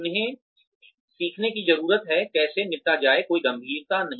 उन्हें सीखने की जरूरत है कैसे निपटा जाए कोई गंभीरता नहीं